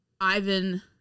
Ivan